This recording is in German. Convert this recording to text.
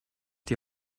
die